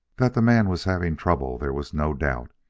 that the man was having trouble there was no doubt.